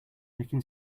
nicking